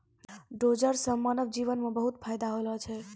dozer सें मानव जीवन म बहुत फायदा होलो छै